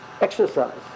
exercise